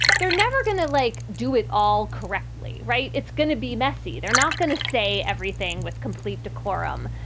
they're never going to, like, do it all correctly. right. it's going to be messy. they're not going to say everything with complete decorum.